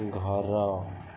ଘର